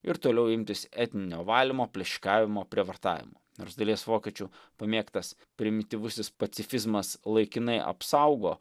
ir toliau imtis etninio valymo plėšikavimo prievartavimo nors dalies vokiečių pamėgtas primityvusis pacifizmas laikinai apsaugo